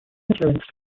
influenced